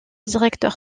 directeur